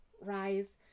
rise